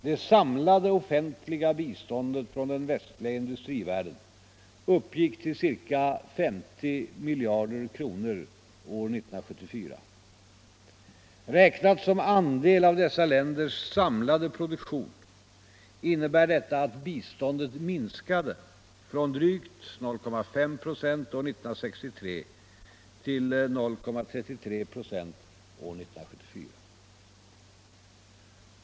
Det samlade offentliga biståndet från den västliga industrivärlden uppgick till ca 50 miljarder kr. år 1974. Räknat som andel av dessa länders samlade produktion innebär detta att biståndet minskade från drygt 0,5 96 år 1963 till 0,33 96 år 1974.